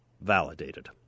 validated